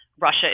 Russia